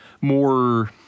more